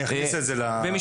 אני